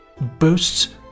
boasts